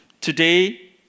today